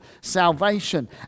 salvation